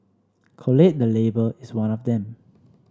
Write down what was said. collate the Label is one of them